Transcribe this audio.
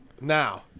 Now